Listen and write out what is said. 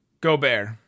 Gobert